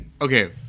Okay